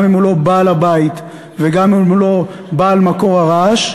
גם אם הוא לא בעל-הבית וגם אם הוא לא בעל מקור הרעש.